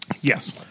Yes